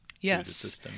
Yes